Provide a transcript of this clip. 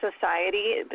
society